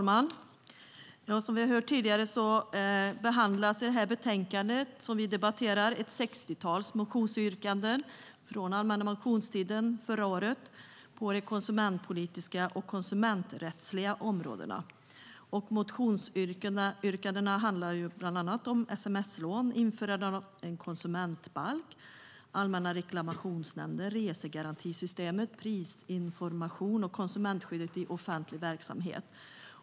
Herr talman! I det betänkande som vi nu debatterar behandlas ett sextiotal motionsyrkanden från den allmänna motionstiden förra året på det konsumentpolitiska och på det konsumenträttsliga området. Motionsyrkandena handlar bland annat om sms-lån, införande av en konsumentbalk, Allmänna reklamationsnämnden, resegarantisystemet, prisinformation och konsumentskyddet i offentlig verksamhet.